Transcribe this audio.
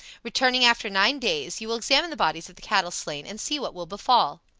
returning after nine days, you will examine the bodies of the cattle slain and see what will befall.